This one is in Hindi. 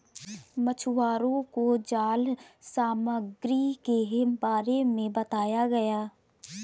मछुवारों को जाल सामग्री के बारे में बताया गया